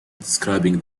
describing